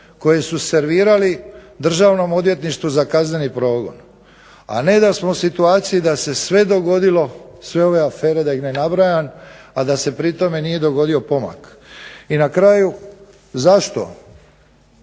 koje su servirali Državnom odvjetništvu za kazneni progon, a ne da smo u situaciji da se sve dogodilo, sve ove afere da ih ne nabrajam, a da se pri tome nije dogodio pomak. I na kraju zašto,